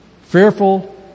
fearful